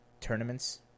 tournaments